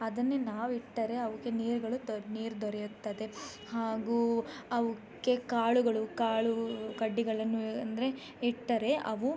ಅದನ್ನೇ ನಾವಿಟ್ಟರೆ ಅವುಕ್ಕೆ ನೀರುಗಳು ದೊ ನೀರು ದೊರೆಯುತ್ತದೆ ಹಾಗು ಅವುಕ್ಕೆ ಕಾಳುಗಳು ಕಾಳು ಕಡ್ಡಿಗಳನ್ನು ಅಂದರೆ ಇಟ್ಟರೆ ಅವು